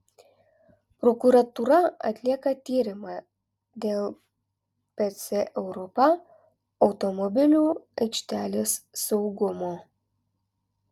prokuratūra atlieka tyrimą dėl pc europa automobilių aikštelės saugumo